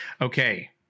Okay